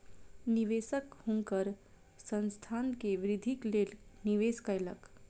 निवेशक हुनकर संस्थान के वृद्धिक लेल निवेश कयलक